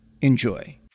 Enjoy